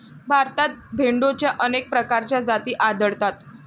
भारतात भेडोंच्या अनेक प्रकारच्या जाती आढळतात